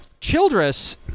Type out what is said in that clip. Childress